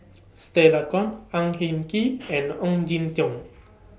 Stella Kon Ang Hin Kee and Ong Jin Teong